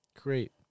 great